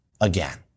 again